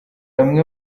amwe